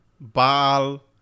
Baal